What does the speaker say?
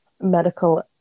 medical